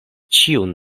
ĉiun